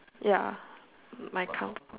ya my com